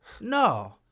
No